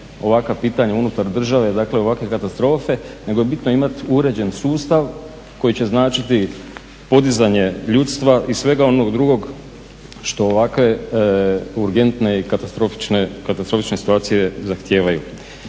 ovakva pitanja unutar države, dakle ovakve katastrofe nego je bitno imati uređen sustav koji će značiti podizanje ljudstva i svega onog drugog što ovakve urgentne i katastrofične situacije zahtijevaju.